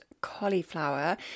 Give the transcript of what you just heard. cauliflower